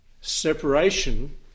Separation